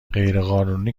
غیرقانونی